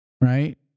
right